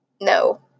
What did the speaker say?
no